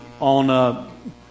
on